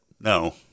No